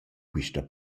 quista